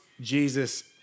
Jesus